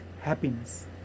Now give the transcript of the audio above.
happiness